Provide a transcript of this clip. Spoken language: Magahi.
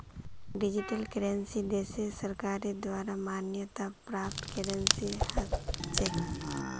डिजिटल करेंसी देशेर सरकारेर द्वारे मान्यता प्राप्त करेंसी ह छेक